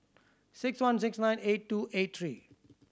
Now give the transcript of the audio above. six one six one eight two eight three